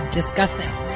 discussing